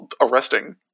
arresting